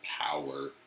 power